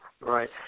Right